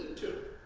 to